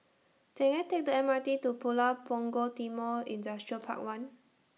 Can I Take The M R T to Pulau Punggol Timor Industrial Park one